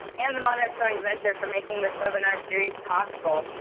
and the monarch joint venture for making this webinar series possible.